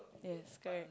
yes correct